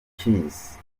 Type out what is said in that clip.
keys